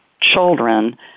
children